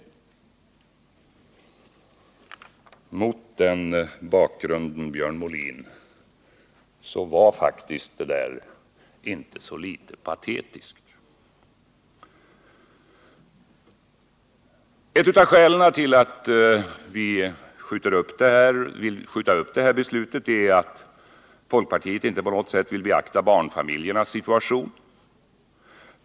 Mot den bakgrunden, Björn Molin, var faktiskt det där inte så litet patetiskt. Ett av skälen till att vi vill skjuta upp det här beslutet är att folkpartiet inte på något sätt vill beakta barnfamiljernas situation.